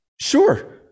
Sure